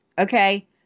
okay